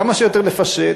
כמה שיותר לפשט,